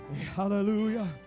Hallelujah